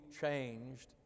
changed